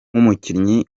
nk’umukinnyi